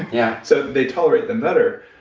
yeah so they tolerate them better.